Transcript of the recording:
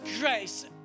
grace